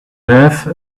have